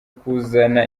kuzana